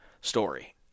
story